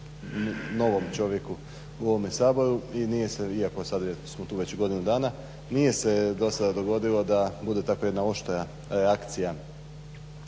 novom čovjeku u ovome Saboru i nije se, iako sada smo tu već godinu dana, nije se do sada dogodilo da bude tako jedna oštra reakcija